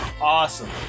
Awesome